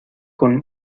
con